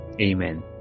Amen